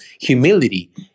Humility